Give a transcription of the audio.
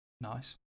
Nice